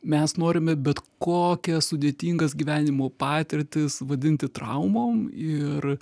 mes norime bet kokias sudėtingas gyvenimo patirtis vadinti traumom ir